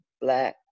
black